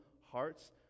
hearts